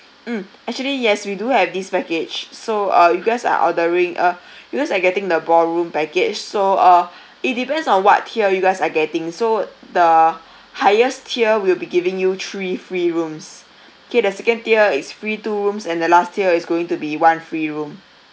mm actually yes we do have this package so uh you guys are ordering uh you guys are getting the ballroom package so uh it depends on what tier you guys are getting so the highest tier we'll be giving you three free rooms K the second tier is free two rooms and the last tier is going to be one free room